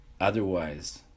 otherwise